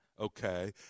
okay